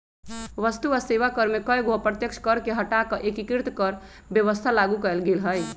वस्तु आ सेवा कर में कयगो अप्रत्यक्ष कर के हटा कऽ एकीकृत कर व्यवस्था लागू कयल गेल हई